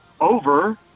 over